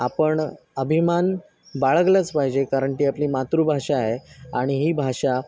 आपण अभिमान बाळगलाच पहिजे कारण ती आपली मातृभाषा आहे आणि ही भाषा